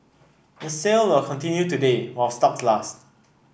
the sale will continue today while stocks last